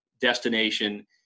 destination